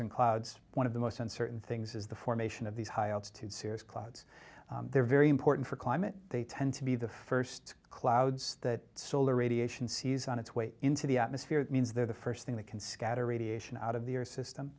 and clouds one of the most uncertain things is the formation of these high altitude cirrus clouds they're very important for climate they tend to be the first clouds that solar radiation sees on its way into the atmosphere it means they're the first thing that can scatter radiation out of the air system